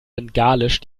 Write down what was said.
bengalisch